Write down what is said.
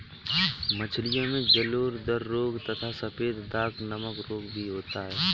मछलियों में जलोदर रोग तथा सफेद दाग नामक रोग भी होता है